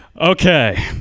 Okay